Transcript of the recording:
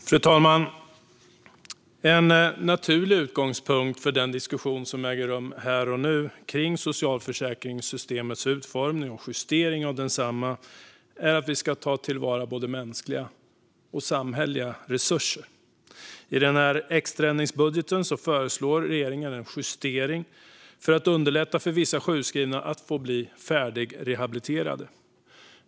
Fru talman! En naturlig utgångspunkt för den diskussion som äger rum här och nu kring socialförsäkringssystemets utformning och justering av densamma är att vi ska ta till vara både mänskliga och samhälleliga resurser. I denna extra ändringsbudget föreslår regeringen en justering för att underlätta för vissa sjukskrivna att bli färdigrehabiliterade.